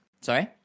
sorry